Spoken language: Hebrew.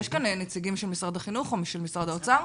האם יש כאן נציגים של משרד החינוך או של משרד האוצר?